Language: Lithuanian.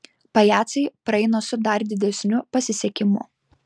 pajacai praeina su dar didesniu pasisekimu